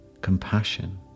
compassion